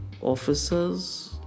officers